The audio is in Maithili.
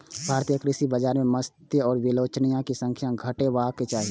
भारतीय कृषि बाजार मे मध्यस्थ या बिचौलिया के संख्या घटेबाक चाही